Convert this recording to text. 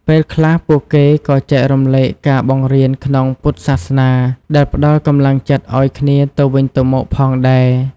ពេលខ្លះ ពួកគេក៏ចែករំលែកការបង្រៀនក្នុងពុទ្ធសាសនាដែលផ្តល់កម្លាំងចិត្តឱ្យគ្នាទៅវិញទៅមកផងដែរ។